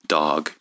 dog